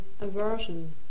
aversion